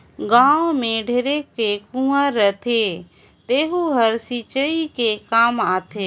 गाँव में ढेरे के कुँआ रहथे तेहूं हर सिंचई के काम आथे